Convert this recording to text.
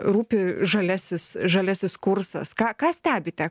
rūpi žaliasis žaliasis kursas ką ką stebite